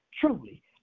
truly